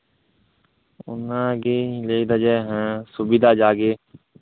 ᱚᱱᱟᱜᱤᱧ ᱞᱟᱹᱭ ᱮᱫᱟ ᱡᱮ ᱥᱩᱵᱤᱫᱷᱟ ᱡᱟᱜᱮ